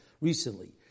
recently